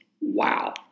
Wow